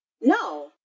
No